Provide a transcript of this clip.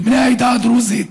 לבני העדה הדרוזית,